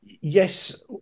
yes